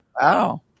Wow